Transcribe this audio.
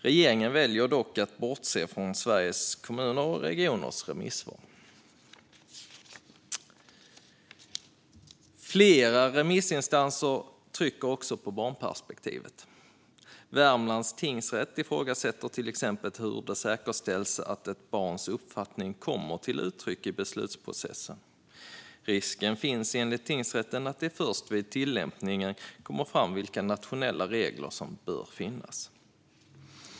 Regeringen väljer dock att bortse från Sveriges Kommuner och Regioners remissvar. Flera remissinstanser trycker också på barnperspektivet. Värmlands tingsrätt ifrågasätter till exempel hur det säkerställs att ett barns uppfattning kommer till uttryck i beslutsprocessen. Risken finns enligt tingsrätten att det först vid tillämpningen kommer fram vilka nationella regler som bör finnas.